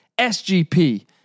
SGP